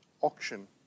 auction